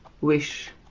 wish